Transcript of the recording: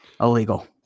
Illegal